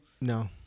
No